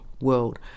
world